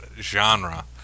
genre